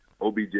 OBJ